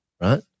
right